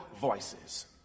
voices